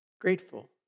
grateful